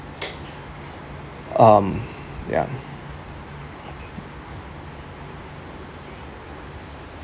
um ya